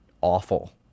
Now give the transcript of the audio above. awful